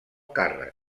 càrrec